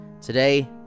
Today